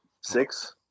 Six